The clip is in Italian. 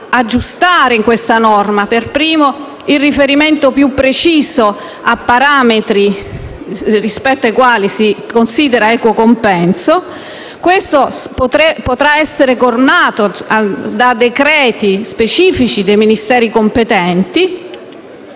aggiustare in questa norma, a cominciare dal riferimento più preciso a parametri rispetto ai quali si considera un equo compenso; questo potrà essere normato da decreti specifici dei Ministeri competenti.